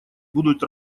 будут